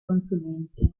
consulente